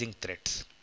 threats